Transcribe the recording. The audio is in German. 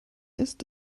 isst